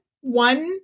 one